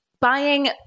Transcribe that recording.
buying